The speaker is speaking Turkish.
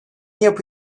yapı